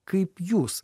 kaip jūs